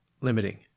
limiting